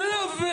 זה לא יפה,